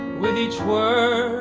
with each word,